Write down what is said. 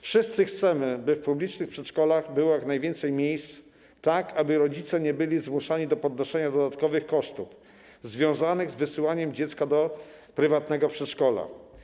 Wszyscy chcemy, by w publicznych przedszkolach było jak najwięcej miejsc, tak aby rodzice nie byli zmuszani do ponoszenia dodatkowych kosztów związanych z wysyłaniem dziecka do prywatnego przedszkola.